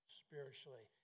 spiritually